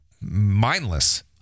mindless